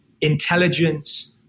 intelligence